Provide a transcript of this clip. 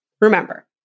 Remember